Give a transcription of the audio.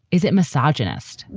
is it misogynist?